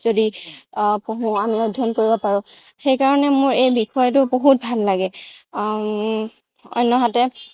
পঢ়োঁ আমি অধ্যয়ন কৰিব পাৰোঁ সেইকাৰণে মোৰ এই বিষয়টো বহুত ভাল লাগে অন্যহাতে